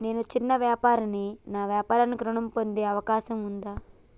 నేను చిన్న వ్యాపారిని నా వ్యాపారానికి ఋణం పొందే అవకాశం ఉందా?